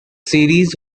series